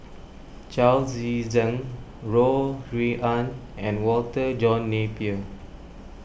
Chao Tzee Cheng Ho Rui An and Walter John Napier